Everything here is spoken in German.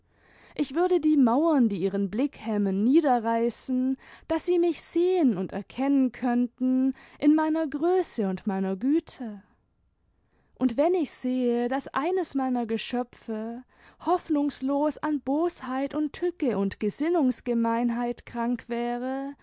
ich würde die mauern die ihren blick hemmen niederreißen daß sie mich sehen und erkennen könnten in meiner größe und meiner güte und wenn ich sehe daß eines meiner geschöpfe hoffnungslos an bosheit und tücke und ge sinnuiigsgemeinheit krank wäre